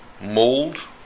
mold